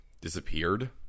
disappeared